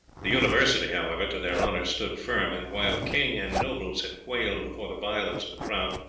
the university, however, to their honour, stood firm and while king and nobles had quailed before the violence of the crowd,